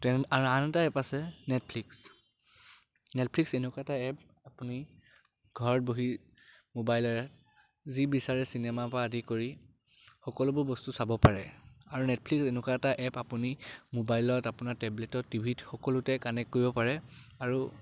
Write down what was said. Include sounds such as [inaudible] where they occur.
[unintelligible] আন এটা এপ আছে নেটফ্লিক্স নেটফ্লিক্স এনেকুৱা এটা এপ আপুনি ঘৰত বহি মোবাইলেৰে যি বিচাৰে চিনেমা পৰা আদি কৰি সকলোবোৰ বস্তু চাব পাৰে আৰু নেটফ্লিক্স এনেকুৱা এটা এপ আপুনি মোবাইলত আপোনাৰ টেবলেটত টিভিত সকলোতে কানেক্ট কৰিব পাৰে আৰু